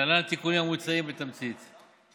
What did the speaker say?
להלן התיקונים המוצעים, בתמצית: